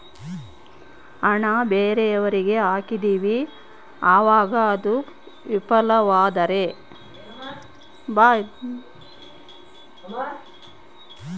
ಹಣ ಬೇರೆಯವರಿಗೆ ಹಾಕಿದಿವಿ ಅವಾಗ ಅದು ವಿಫಲವಾದರೆ?